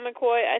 McCoy